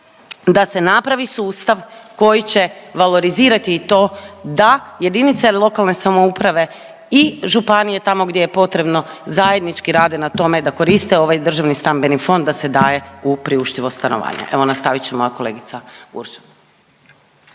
da se napravi sustav koji će valorizirati i to da jedinice lokalne samouprave i županije tamo gdje je potrebno zajednički rade na tome da koriste ovaj državni stambeni fond da se daje u priuštivost stanovanja. Evo nastavit će moja kolegica Urša.